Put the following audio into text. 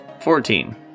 Fourteen